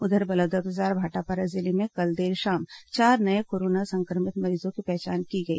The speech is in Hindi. उधर बलौदाबाजार भाटापारा जिले में कल देर शाम चार नए कोरोना संक्रमित मरीजों की पहचान की गई